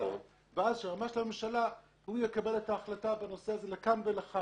היועמ"ש לממשלה יקבל את ההחלטה בנושא לכאן או לכאן.